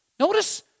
Notice